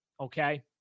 Okay